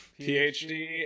PhD